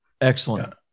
Excellent